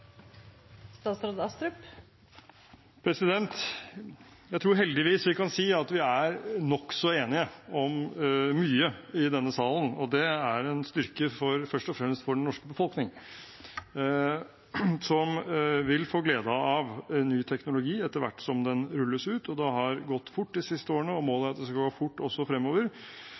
nokså enige om mye i denne salen. Det er en styrke, først og fremst for den norske befolkning, som vil få glede av ny teknologi etter hvert som den rulles ut. Det har gått fort de siste årene, og målet er at det skal gå fort også fremover.